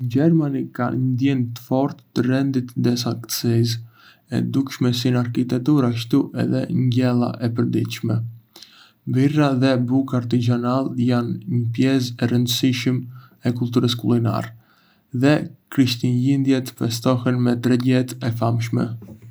Në Gjermani ka një ndjenjë të fortë të rendit dhe saktësisë, e dukshme si në arkitekturë ashtu edhe në gjella e përditshme. Birra dhe buka artizanale janë një pjesë e rëndësishme e kulturës kulinare, dhe Krishtlindjet festohen me tregjet e famshme